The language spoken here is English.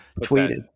tweeted